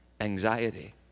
anxiety